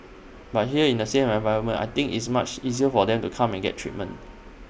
but here in A safe environment I think IT is much easier for them to come and get treatment